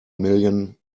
million